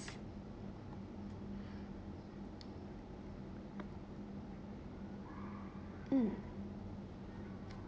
mm